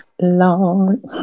Lord